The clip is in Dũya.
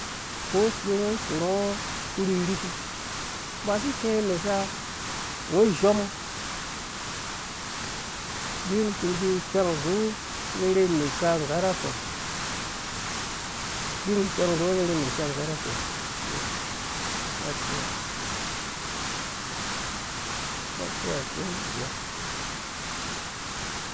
Ko se ngo korha ngɔ ku rhirhiki basi tsiɔ imesa ngo izehɔmngɔ binkpi miki wheng ngu rherhe imesa nggarhu kpɔ ubin ki wheng nggu arherheheimesa nggarhu kpɔ,